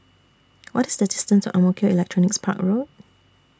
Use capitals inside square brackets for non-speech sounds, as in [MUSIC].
[NOISE] What IS The distance to Ang Mo Kio Electronics Park Road